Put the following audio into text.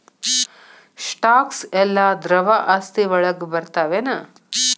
Stocks ಯೆಲ್ಲಾ ದ್ರವ ಆಸ್ತಿ ವಳಗ್ ಬರ್ತಾವೆನ?